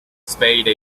spade